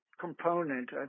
component